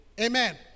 Amen